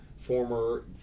former